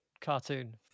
cartoon